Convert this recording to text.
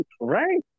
right